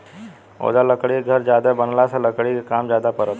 ओजा लकड़ी के घर ज्यादे बनला से लकड़ी के काम ज्यादे परता